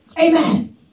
Amen